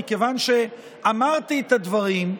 מכיוון שאמרתי את הדברים,